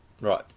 Right